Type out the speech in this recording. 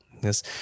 yes